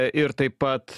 ir taip pat